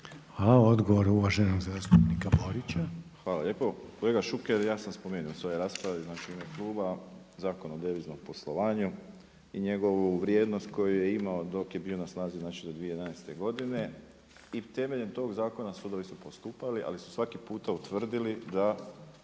Hvala. Odgovor uvaženog zastupnika Borića. **Borić, Josip (HDZ)** Hvala lijepo. Kolega Šuker ja sam spomenuo u svojoj raspravi u ime kluba Zakon o deviznom poslovanju i njegovu vrijednost koju je imao dok je bio na snazi do 2011. i temeljem tog zakona sudovi su postupali, ali su svaki puta utvrdili da